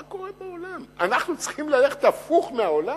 מה קורה בעולם, אנחנו צריכים ללכת הפוך מהעולם?